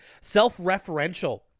self-referential